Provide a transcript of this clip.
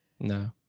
No